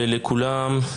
בוקר טוב לכולם,